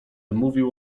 mówił